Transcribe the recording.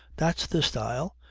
that's the style.